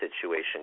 situation